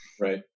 Right